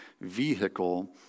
vehicle